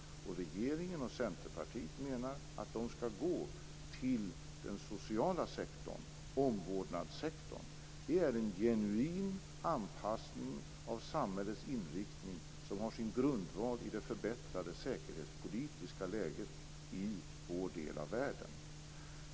Regeringen och Centerpartiet menar att de skall gå till den sociala sektorn, omvårdnadssektorn. Det är en genuin anpassning av samhällets inriktning som har sin grundval i det förbättrade säkerhetspolitiska läget i vår del av världen.